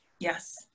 Yes